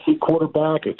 quarterback